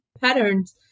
patterns